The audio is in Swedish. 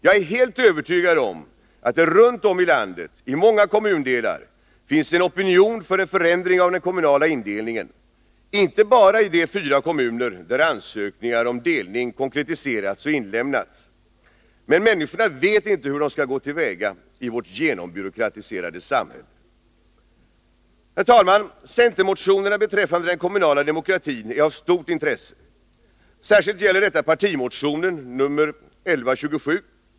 Jag är helt övertygad om att det runt om i landet, i många kommundelar, finns en opinion för en förändring av den kommunala indelningen — inte bara i de fyra kommuner där ansökningar om delning konkretiserats och inlämnats. Men människorna vet inte hur de skall gå till väga i vårt genombyråkratiserade samhälle. Herr talman! Centermotionerna beträffande den kommunala demokratin är av stort intresse. Särskilt gäller detta partimotionen 1127.